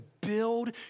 build